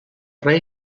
rei